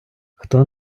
хто